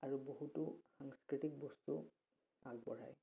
আৰু বহুতো সাংস্কৃতিক বস্তু আগবঢ়ায়